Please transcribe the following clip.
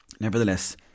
nevertheless